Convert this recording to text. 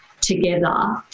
together